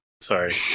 sorry